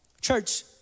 Church